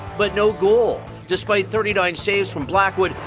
but no goal. despite thirty nine saves from blackwood,